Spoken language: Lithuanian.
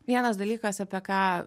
vienas dalykas apie ką